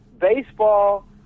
Baseball